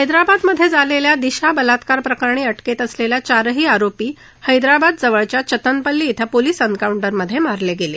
हैदराबाद मधे झालेल्या दिशा बलात्कार प्रकरणी अटकेत असलेल्या चारही आरोपी हैदराबाद जवळच्या चतनपल्ली इं पोलिस एन्काऊंटरमधे मारले गेले